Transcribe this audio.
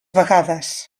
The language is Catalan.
vegades